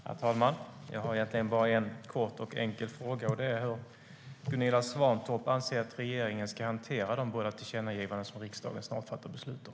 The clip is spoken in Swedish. Herr talman! Jag har egentligen bara en kort och enkel fråga: Hur anser Gunilla Svantorp att regeringen ska hantera de båda tillkännagivanden som riksdagen snart fattar beslut om?